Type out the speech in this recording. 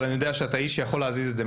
אבל אני יודע שאתה איש שיכול להזיז את זה,